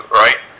right